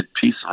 peace